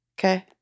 Okay